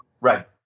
Right